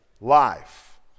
life